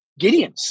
Gideons